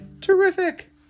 Terrific